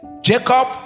Jacob